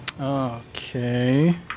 Okay